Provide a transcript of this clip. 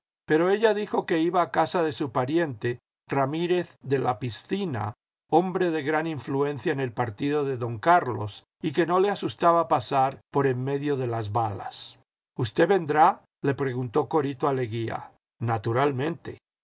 pero ella dijo que iba a casa de su pariente ramírez de la piscina hombre de gran influencia en el partido de don carlos y que no le asustaba pasar por en medio de las balas jüsted vendrá le preguntó corito a leguía naturalmente